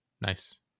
Nice